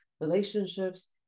relationships